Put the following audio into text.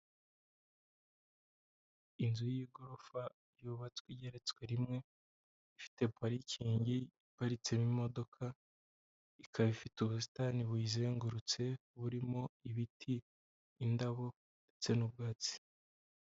Inzu y'igorofa yubatswe igeretswe rimwe ifite parikingi iparitsemo imodoka, ikaba ifite ubusitani buyizengurutse burimo ibiti, indabo ndetse n'ubwatsi.